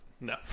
No